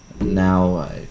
Now